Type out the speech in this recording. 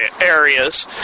areas